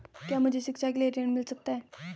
क्या मुझे शिक्षा के लिए ऋण मिल सकता है?